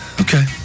Okay